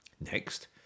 Next